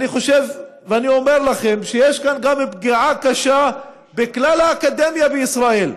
אני חושב ואני אומר לכם שיש כאן גם פגיעה קשה בכלל האקדמיה בישראל,